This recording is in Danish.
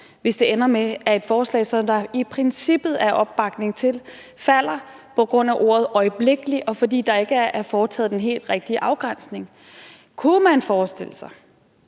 hvis det ender med, at et forslag, som der i princippet er opbakning til, falder på grund af ordet øjeblikkeligt, og fordi der ikke er foretaget den helt rigtige afgrænsning. Kunne man forestille sig